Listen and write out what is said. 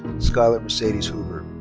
skyler mercedes hoover.